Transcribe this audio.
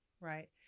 right